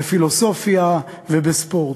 בפילוסופיה ובספורט.